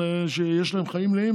יש להם חיים מלאים,